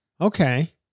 Okay